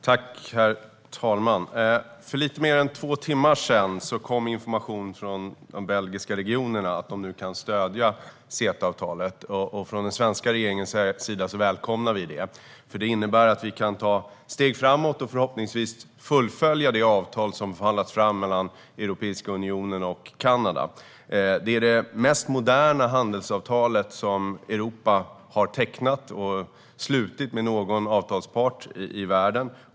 Herr talman! För lite mer än två timmar sedan kom information från de belgiska regionerna om att de nu kan stödja CETA-avtalet. Från den svenska regeringens sida välkomnar vi det. Det innebär att vi kan ta steg framåt och förhoppningsvis fullfölja det avtal som har förhandlats fram mellan Europeiska unionen och Kanada. Det är det mest moderna handelsavtalet som Europa har tecknat och slutit med någon avtalspart i världen.